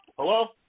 Hello